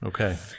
Okay